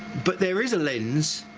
but there is a lens